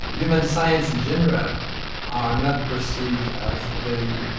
human sciences in general are not perceived as very,